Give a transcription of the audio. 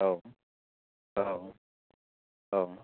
औ औ औ